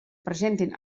presentin